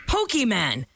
Pokemon